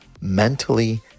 mentally